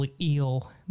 eel